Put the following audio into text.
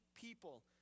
people